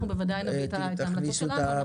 אנחנו בוודאי נביא את ההמלצות שלנו.